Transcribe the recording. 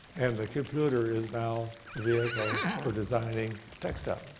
and the computer is now the vehicle for designing textiles,